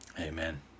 Amen